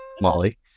Molly